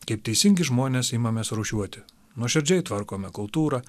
kaip teisingi žmonės imamės rūšiuoti nuoširdžiai tvarkome kultūrą